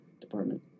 Department